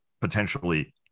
potentially